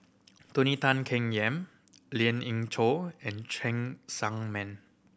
Tony Tan Keng Yam Lien Ying Chow and Cheng Man